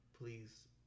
Please